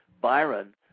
Byron